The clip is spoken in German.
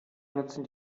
nutzen